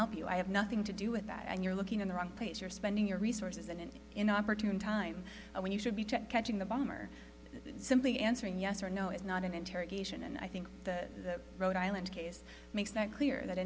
help you i have nothing to do with that and you're looking in the wrong place you're spending your resources and an inopportune time when you should be catching the bomber simply answering yes or no is not an interrogation and i think the rhode island case makes that clear that